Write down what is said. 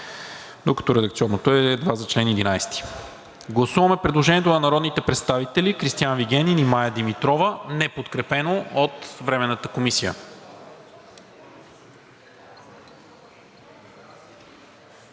докато редакционното е за чл. 11. Гласуваме предложението на народните представители Кристиан Вигенин и Мая Димитрова, неподкрепено от Временната комисия.